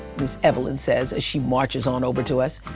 miss evelyn says as she marches on over to us.